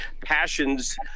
passions